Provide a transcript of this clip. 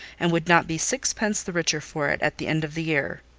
and would not be sixpence the richer for it at the end of the year.